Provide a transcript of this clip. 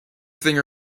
thing